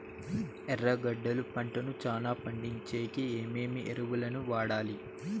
ఎర్రగడ్డలు పంటను చానా పండించేకి ఏమేమి ఎరువులని వాడాలి?